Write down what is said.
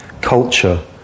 culture